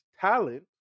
talent